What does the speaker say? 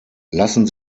lassen